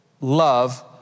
love